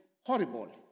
horrible